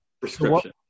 prescription